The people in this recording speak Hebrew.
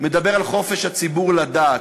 מדבר על חופש הציבור לדעת,